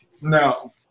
No